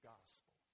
Gospel